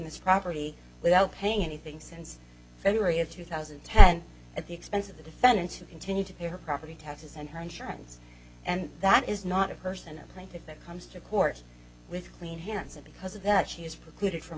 this property without paying anything since january of two thousand and ten at the expense of the defendant to continue to pay her property taxes and her insurance and that is not a person a plaintiff that comes to court with clean hands and because of that she is precluded from